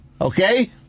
okay